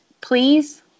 please